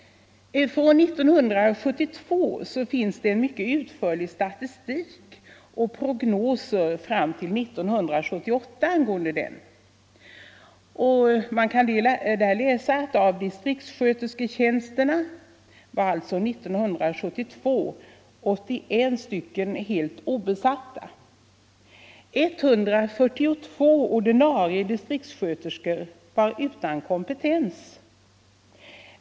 Det finns en mycket utförlig statistik från år 1972 och prognoser fram till 1978 angående den. Man kan där läsa att av distriktsskötersketjänsterna 81 stycken var helt obesatta år 1972. 142 ordinarie distriktssköterskor var utan kompetens.